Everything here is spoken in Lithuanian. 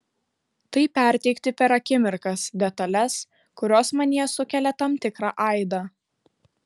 tai perteikti per akimirkas detales kurios manyje sukelia tam tikrą aidą